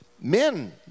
Men